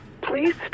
Please